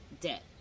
debt